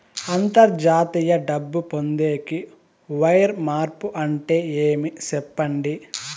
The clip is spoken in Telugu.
అంతర్జాతీయ డబ్బు పొందేకి, వైర్ మార్పు అంటే ఏమి? సెప్పండి?